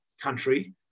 country